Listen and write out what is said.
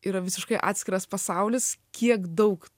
yra visiškai atskiras pasaulis kiek daug